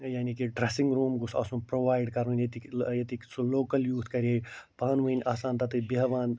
یعنی کہِ dressing room گوٚژھ آسُن پرٚووایڈ کرُن ییٚتِکۍ ٲں ییٚتِکۍ سُہ لوکل یوٗتھ کرِ ہے پانہٕ وٲنۍ آسان تتیٚتھ بیٚہوان